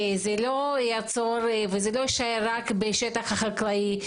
זה לא יעצור ולא יישאר רק בשטח החקלאי,